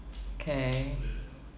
K